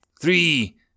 Three